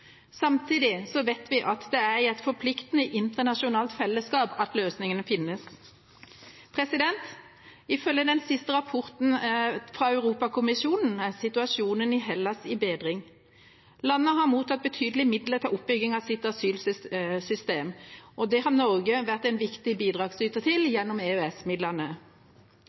Samtidig vet vi at det er i et forpliktende internasjonalt fellesskap løsningene finnes. Ifølge den siste rapporten fra Europakommisjonen er situasjonen i Hellas i bedring. Landet har mottatt betydelige midler til oppbygging av sitt asylsystem, og det har Norge vært en viktig bidragsyter til gjennom